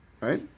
Right